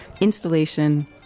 installation